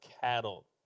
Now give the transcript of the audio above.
cattle